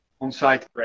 On-site